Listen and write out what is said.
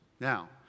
Now